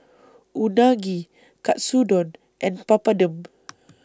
Unagi Katsudon and Papadum